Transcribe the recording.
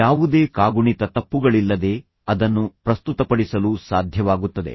ಯಾವುದೇ ಕಾಗುಣಿತ ತಪ್ಪುಗಳಿಲ್ಲದೆ ಅದನ್ನು ಪ್ರಸ್ತುತಪಡಿಸಲು ಸಾಧ್ಯವಾಗುತ್ತದೆ